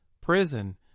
prison